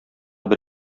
бер